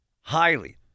Highly